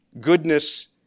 Goodness